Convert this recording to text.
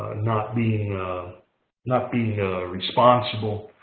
not being ah not being responsible.